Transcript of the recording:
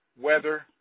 weather